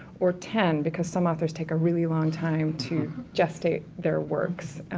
or ten, because some authors take a really long time to gestate their works.